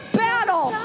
battle